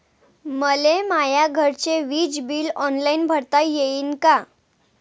मले माया घरचे विज बिल ऑनलाईन भरता येईन का?